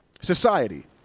society